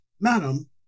madam